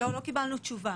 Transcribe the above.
לא קיבלנו תשובה.